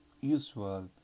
usual